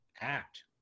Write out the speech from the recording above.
act